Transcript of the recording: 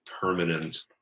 permanent